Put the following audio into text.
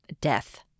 death